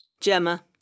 Gemma